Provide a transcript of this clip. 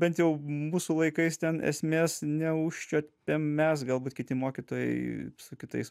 bent jau mūsų laikais ten esmės neužčiuopė mes galbūt kiti mokytojai su kitais